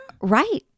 Right